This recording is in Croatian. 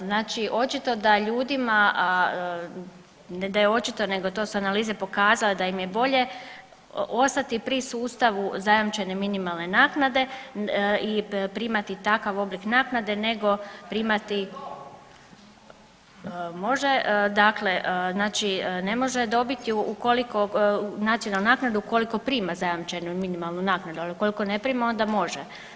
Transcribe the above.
Znači očito da ljudima, ne da je očito nego to su analize pokazale da im je bolje ostati pri sustavu zajamčene minimalne naknade i primati takav oblik naknade nego primati … [[Upadica: Ne razumije se.]] može, dakle znači ne može dobiti ukoliko, nacionalnu naknadu ukoliko prima zajamčenu minimalnu naknadu, ali ukoliko ne prima onda može.